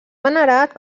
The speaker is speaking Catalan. venerat